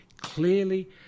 clearly